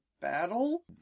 battle